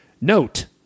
Note